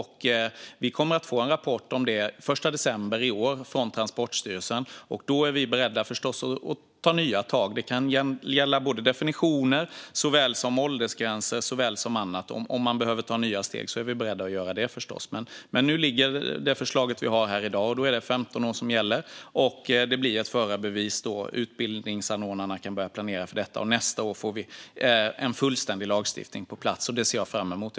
Vi kommer att få en rapport om det från Transportstyrelsen den 1 december i år. Då är vi förstås beredda att ta nya tag. Det kan gälla definitioner såväl som åldersgränser och annat. Om man behöver ta nya steg är vi förstås beredda att göra det. Men i det förslag vi har här i dag är det 15 år som gäller. Det blir ett förarbevis. Utbildningsanordnarna kan börja planera för detta. Nästa år får vi en fullständig lagstiftning på plats. Det ser jag fram emot.